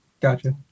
Gotcha